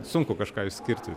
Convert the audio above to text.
sunku kažką išskirti